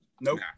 nope